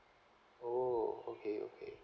oh okay okay